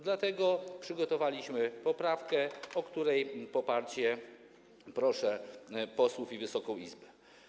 Dlatego przygotowaliśmy poprawkę, o której poparcie proszę posłów i Wysoką Izbę.